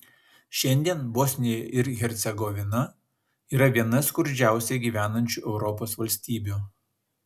šiandien bosnija ir hercegovina yra viena skurdžiausiai gyvenančių europos valstybių